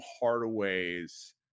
Hardaway's